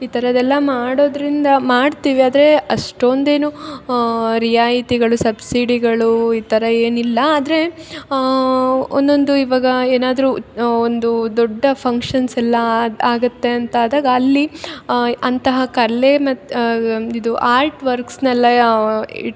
ಈ ಥರದೆಲ್ಲ ಮಾಡೋದರಿಂದ ಮಾಡ್ತೀವಿ ಆದರೆ ಅಷ್ಟೊಂದು ಏನು ರಿಯಾಯಿತಿಗಳು ಸಬ್ಸಿಡಿಗಳೂ ಈ ಥರ ಏನು ಇಲ್ಲ ಆದರೆ ಒನ್ನೊಂದು ಇವಾಗ ಏನಾದರು ಒಂದು ದೊಡ್ಡ ಫಂಕ್ಷನ್ಸ್ ಎಲ್ಲ ಆಗ್ ಆಗತ್ತೆ ಅಂತ ಆದಾಗ ಅಲ್ಲಿ ಅಂತಹ ಕಲೆ ಮತ್ತು ಇದು ಆರ್ಟ್ ವರ್ಕ್ಸ್ನಲ್ಲಯ ಇಟ್ಟು